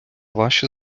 ваші